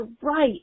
right